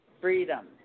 freedom